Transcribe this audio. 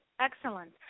excellent